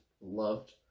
loved